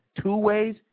Two-Ways